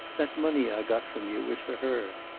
that money i got from you was for her.